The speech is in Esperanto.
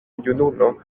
junulo